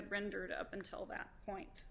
have rendered up until that point